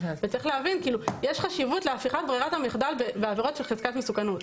יש חשיבות להפיכת ברירת המחדל בעבירות בחזקת מסוכנות.